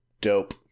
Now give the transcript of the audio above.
Dope